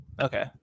okay